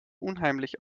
unheimlich